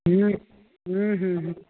हम्म हम्म